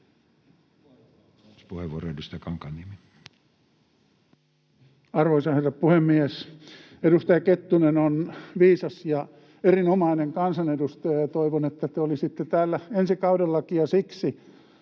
Arvoisa herra puhemies! Edustaja Kettunen on viisas ja erinomainen kansanedustaja, ja toivon, että te olisitte täällä ensi kaudellakin. Siksi